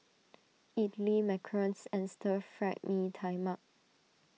Idly Macarons and Stir Fried Mee Tai Mak